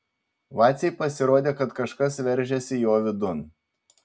vacei pasirodė kad kažkas veržiasi jo vidun